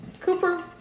Cooper